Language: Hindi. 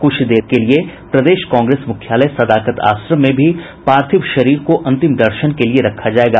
क्छ देर के लिए प्रदेश कांग्रेस मुख्यालय सदाकत आश्रम में भी पार्थिव शरीर को अंतिम दर्शन के लिए रखा जायेगा